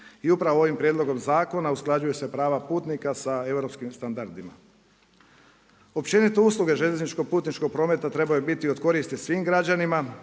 I upravo ovim prijedlogom zakona usklađuje se prava putnika sa europskim standardima. Općenito usluge željezničkog putničkog prometa trebaju biti od koristi svim građanima,